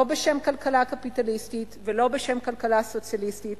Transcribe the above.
לא בשם כלכלה קפיטליסטית ולא בשם כלכלה סוציאליסטית,